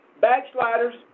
backsliders